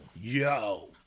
Yo